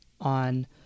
on